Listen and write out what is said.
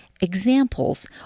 examples